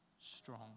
strong